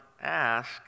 ask